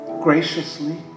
graciously